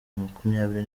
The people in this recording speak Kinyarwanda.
makumyabiri